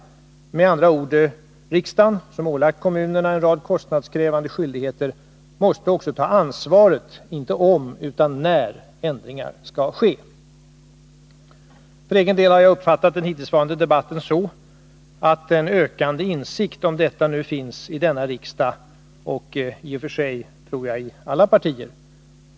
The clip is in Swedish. Med andra ord: Riksdagen som ålagt kommunerna en rad kostnadskrävande skyldigheter måste också ta ansvaret inte om utan när ändringar skall ske. För egen del har jag uppfattat den hittillsvarande debatten så att en ökande insikt om detta nu finns i denna riksdag och i och för sig, tror jag, i alla partier.